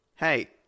Hey